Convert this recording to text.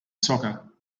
soccer